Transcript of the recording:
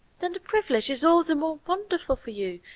then the privilege is all the more wonderful for you,